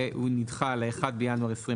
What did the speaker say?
שהוא נדחה ל- 1 בינואר 2025,